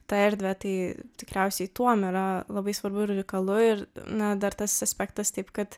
tą erdvę tai tikriausiai tuom yra labai svarbu ir unikalu ir na dar tas aspektas taip kad